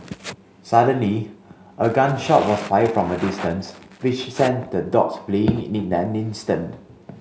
suddenly a gun shot was fired from a distance which sent the dogs fleeing in an instant